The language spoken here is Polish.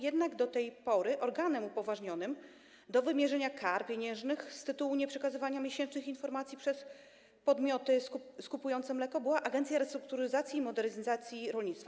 Jednak do tej pory organem upoważnionym do wymierzania kar pieniężnych z tytułu nieprzekazywania miesięcznych informacji przez podmioty skupujące mleko była Agencja Restrukturyzacji i Modernizacji Rolnictwa.